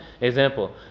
example